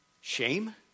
shame